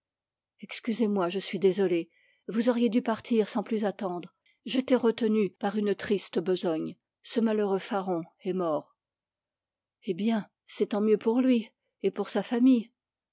excusez-moi je suis désolé vous auriez dû partir sans plus attendre j'étais retenu par une triste besogne ce malheureux faron est mort eh bien c'est tant mieux pour lui et pour sa famille